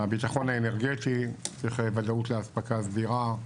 הביטחון האנרגטי צריך ודאות לאספקה סדירה,